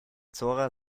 zora